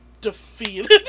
defeated